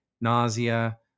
nausea